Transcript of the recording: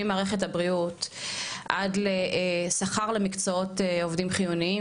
ממערכת הבריאות עד לשכר למקצועות עובדים חיוניים,